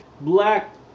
black